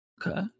Okay